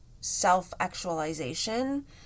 self-actualization